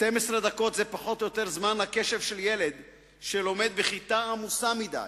12 דקות זה פחות או יותר זמן הקשב של ילד שלומד בכיתה עמוסה מדי,